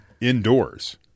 indoors